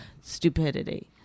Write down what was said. Stupidity